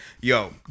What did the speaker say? yo